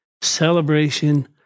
celebration